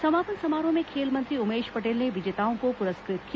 समापन समारोह में खेल मंत्री उमेश पटेल ने विजेताओं को पुरस्कृत किया